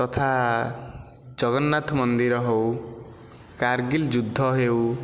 ତଥା ଜଗନ୍ନାଥ ମନ୍ଦିର ହେଉ କାର୍ଗିଲ ଯୁଦ୍ଧ ହେଉ